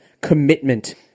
commitment